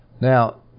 now